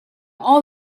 all